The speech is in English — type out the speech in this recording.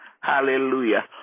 Hallelujah